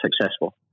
successful